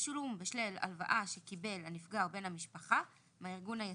תשלום בשל הלוואה שקיבל הנפגע או בן מהמשפחה מהארגון היציג.